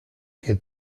que